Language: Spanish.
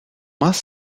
más